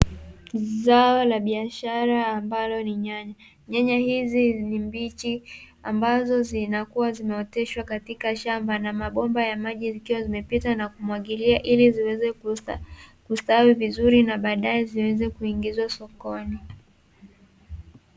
Zao la biashara ambalo ni nyanya, nyanya hizi ni mbichi ambazo zinakuwa zimeoteshwa katika shamba na mabomba ya maji yakiwa yamepita na kumwagilia ili ziweze kustawi vizuri na baadae ziweze kuingizwa sokoni.